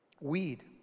weed